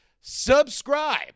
subscribe